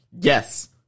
Yes